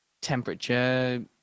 temperature